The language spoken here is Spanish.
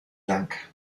lanka